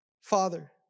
Father